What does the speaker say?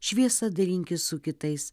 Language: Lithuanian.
šviesa dalinkis su kitais